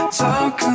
talk